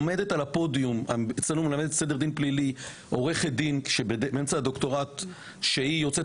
אצלנו מלמדת סדר דין פלילי עורכת דין באמצע הדוקטורט יוצאת